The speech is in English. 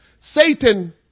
Satan